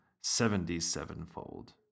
seventy-sevenfold